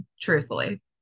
truthfully